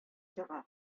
чыга